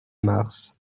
mars